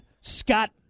Scott –